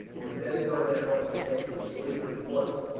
you'd better go now, and get to sleep at once,